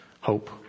hope